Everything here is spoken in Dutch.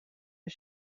een